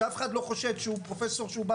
שאף אחד לא חושב שהוא פרופסור שבא